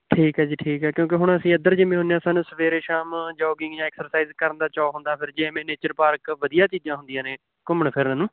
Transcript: ਠੀਕ ਹੈ ਜੀ ਠੀਕ ਹੈ ਕਿਉਂਕਿ ਹੁਣ ਅਸੀਂ ਇੱਧਰ ਜਿਵੇਂ ਹੁੰਦੇ ਹਾਂ ਸਾਨੂੰ ਸਵੇਰੇ ਸ਼ਾਮ ਜੋਗਿੰਗ ਜਾਂ ਐਕਸਰਸਾਈਜ਼ ਕਰਨ ਦਾ ਚੋਅ ਹੁੰਦਾ ਫਿਰ ਜਿਵੇਂ ਨੇਚਰ ਪਾਰਕ ਵਧੀਆ ਚੀਜ਼ਾਂ ਹੁੰਦੀਆਂ ਨੇ ਘੁੰਮਣ ਫਿਰਨ ਨੂੰ